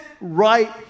right